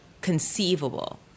conceivable